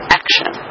action